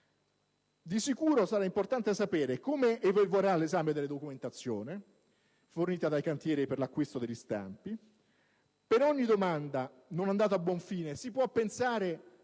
Di sicuro sarà importante sapere come evolverà l'esame della documentazione fornita dai cantieri per l'acquisto degli stampi. Per ogni domanda non andata a buon fine, si può pensare